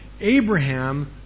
Abraham